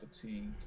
fatigue